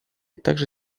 также